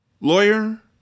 lawyer